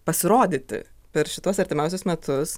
pasirodyti per šituos artimiausius metus